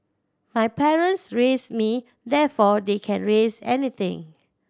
my parents raised me therefore they can raise anything